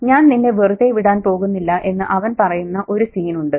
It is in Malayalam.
ഞാൻ നിന്നെ വെറുതെ വിടാൻ പോകുന്നില്ല എന്ന് അവൻ പറയുന്ന ഒരു സീനുണ്ട്